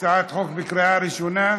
הצעת חוק בקריאה ראשונה.